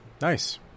Nice